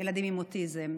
ילדים עם אוטיזם,